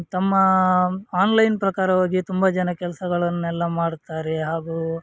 ತಮ್ಮ ಆನ್ಲೈನ್ ಪ್ರಕಾರವಾಗಿ ತುಂಬ ಜನ ಕೆಲಸಗಳನ್ನೆಲ್ಲ ಮಾಡ್ತಾರೆ ಹಾಗೂ